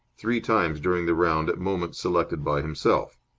three times during the round at moments selected by himself.